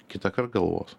kitąkart galvos